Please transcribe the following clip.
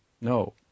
No